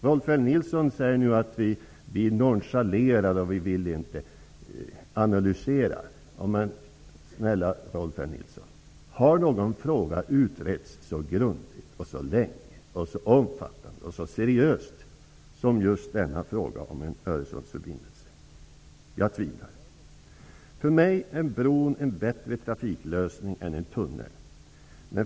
Nu säger Rolf L Nilson att vi nonchalerade och inte ville göra en analys. Snälla Rolf L Nilson, finns det någon fråga som har utretts så grundligt, länge, omfattande och seriöst som frågan om en Öresundsförbindelse? Jag tvivlar på det. För mig är en bro en bättre trafiklösning än en tunnel.